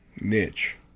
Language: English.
niche